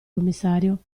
commissario